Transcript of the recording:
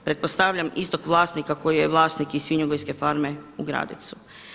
Pretpostavljam istog vlasnika koji je vlasnik i Svinjogojske farme u Gradecu.